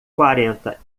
quarenta